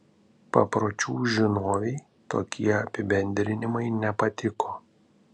papročių žinovei tokie apibendrinimai nepatiko